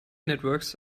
networks